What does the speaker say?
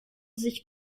sich